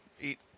Eat